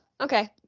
okay